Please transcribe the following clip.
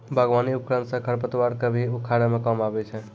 बागबानी उपकरन सँ खरपतवार क भी उखारै म काम आबै छै